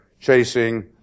chasing